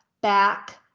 back